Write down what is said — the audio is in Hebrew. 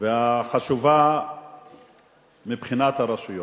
והיא חשובה מבחינת הרשויות.